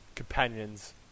companions